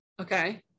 Okay